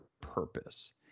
purpose